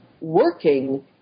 working